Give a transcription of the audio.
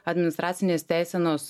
administracinės teisenos